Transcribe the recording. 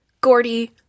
Gordy